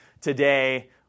today